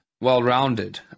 well-rounded